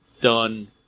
done